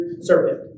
serpent